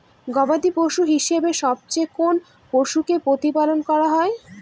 গবাদী পশু হিসেবে সবচেয়ে কোন পশুকে প্রতিপালন করা হয়?